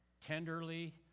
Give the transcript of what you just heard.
tenderly